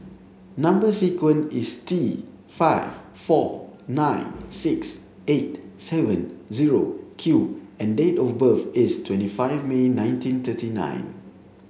number sequence is T five four nine six eight seven zero Q and date of birth is twenty five May nineteen thirty nine